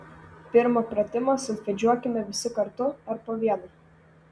pirmą pratimą solfedžiuokime visi kartu ar po vieną